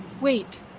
Wait